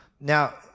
Now